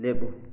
ꯂꯦꯞꯄꯨ